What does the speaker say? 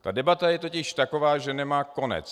Ta debata je totiž taková, že nemá konec.